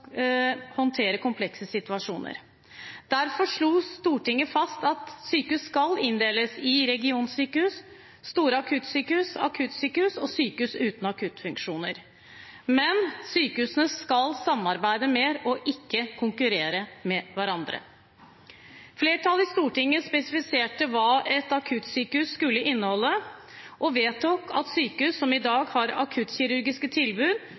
håndtere komplekse situasjoner. Derfor slo Stortinget fast at sykehus skal inndeles i regionsykehus, store akuttsykehus, akuttsykehus og sykehus uten akuttfunksjoner, men sykehusene skal samarbeide mer og ikke konkurrere med hverandre. Flertallet i Stortinget spesifiserte hva et akuttsykehus skulle inneholde, og vedtok at sykehus som i dag har akuttkirurgiske tilbud,